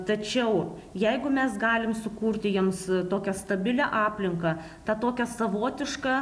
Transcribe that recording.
tačiau jeigu mes galim sukurti jiems tokią stabilią aplinką tą tokią savotišką